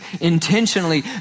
intentionally